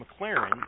mclaren